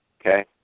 okay